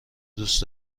دوست